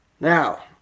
now